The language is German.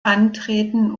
antreten